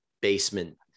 Basement